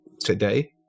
today